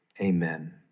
amen